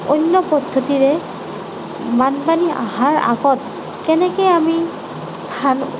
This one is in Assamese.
অন্য পদ্ধতিৰে বানপানী অহাৰ আগত কেনেকৈ আমি ধান